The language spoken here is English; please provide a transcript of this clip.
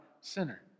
Sinner